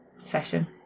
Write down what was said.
session